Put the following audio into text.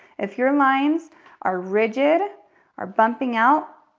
if your lines are rigid or bumping out